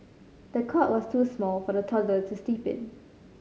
the cot was too small for the toddler to sleep in